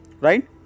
right